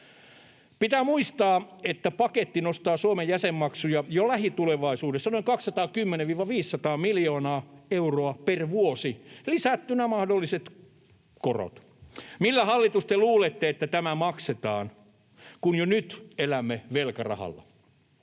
Pitää muistaa, että paketti nostaa Suomen jäsenmaksuja jo lähitulevaisuudessa noin 210—500 miljoonaa euroa per vuosi, lisättynä mahdolliset korot. Millä, hallitus, te luulette, että tämä maksetaan, kun jo nyt elämme velkarahalla?